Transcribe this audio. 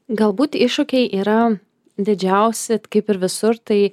galbūt iššūkiai yra didžiausi kaip ir visur tai